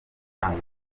gutanga